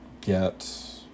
get